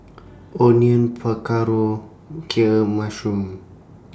Onion Pakaro Kheer mashroom